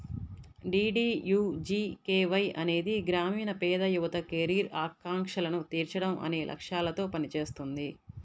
DDUGKY అనేది గ్రామీణ పేద యువత కెరీర్ ఆకాంక్షలను తీర్చడం అనే లక్ష్యాలతో పనిచేస్తుంది